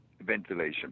ventilation